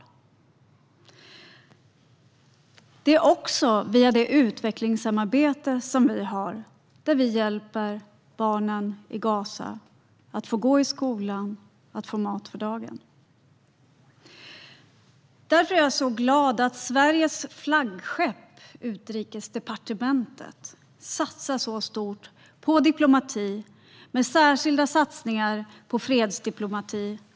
Vi hjälper henne också via det utvecklingssamarbete vi har, där vi hjälper barnen i Gaza att få gå i skolan och att få mat för dagen. Jag är därför glad att Sveriges flaggskepp, Utrikesdepartementet, satsar stort på diplomati, med särskilda satsningar på fredsdiplomati.